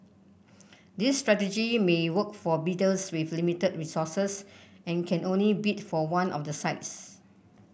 this strategy may work for bidders with limited resources and can only bid for one of the sites